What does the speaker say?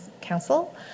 Council